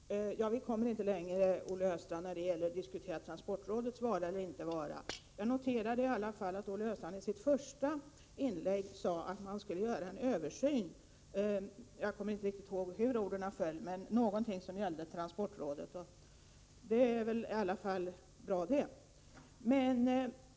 Herr talman! Vi kommer inte längre, Olle Östrand, när det gäller att diskutera transportrådets vara eller inte vara. Jag noterade i alla fall att Olle Östrand i sitt första inlägg sade att man skulle göra en översyn. Jag minns inte riktigt hur orden föll, men det var någonting som gällde transportrådet. Det är bra.